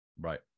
Right